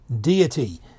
deity